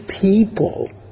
people